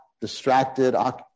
distracted